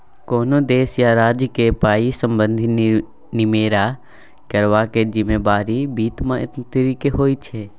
कोनो देश या राज्यक पाइ संबंधी निमेरा करबाक जिम्मेबारी बित्त मंत्रीक होइ छै